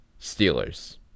Steelers